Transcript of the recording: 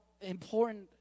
important